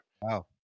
Wow